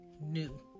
new